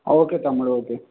okay తమ్ముడు okay